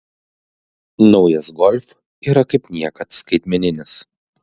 naujasis golf yra kaip niekad skaitmeninis